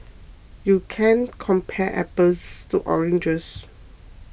you can't compare apples to oranges